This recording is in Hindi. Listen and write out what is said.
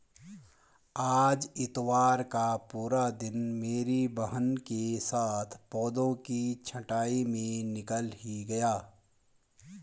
आज इतवार का पूरा दिन मेरी बहन के साथ पौधों की छंटाई में ही निकल गया